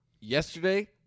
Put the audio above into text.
Yesterday